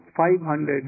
500